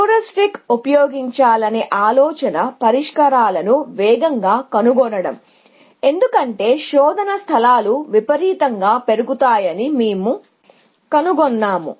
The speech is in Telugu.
హ్యూరిస్టిక్స్ ఉపయోగించాలనే ఆలోచన తో శోధన స్థలాలు విపరీతంగా పెరుగుతాయని పరిష్కారాలను వేగంగా కనుగొనడం సులువవుతుంది అని మేము కనుగొన్నాము